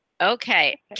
okay